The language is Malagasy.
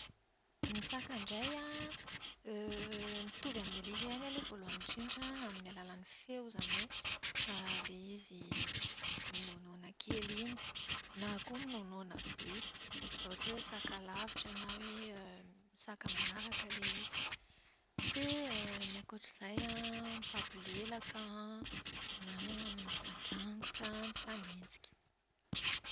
Ny saka indray an mitovy amin'ny alika ihany aloha voalohany indrindra amin'ny alalan'ny feo, izany hoe ilay izy minaonaona kely iny. Na koa minaonaona be raha ohatra hoe saka alavitra na hoe saka manaraka ilay izy. Dia ny ankoatr'izay an, mifampilelaka, na mifandrangotra, mifanenjika.